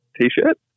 t-shirt